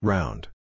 Round